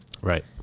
Right